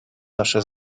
nasze